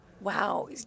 Wow